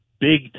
big